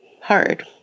hard